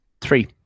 three